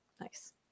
nice